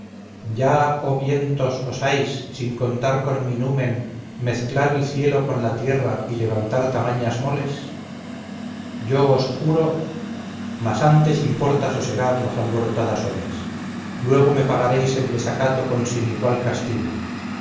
ya oh vientos osáis sin contar con mi numen mezclar el cielo con la tierra y levantar tamañas moles yo os juro mas antes importa sosegar las alborotadas olas luego me pagaréis el desacato con sin igual castigo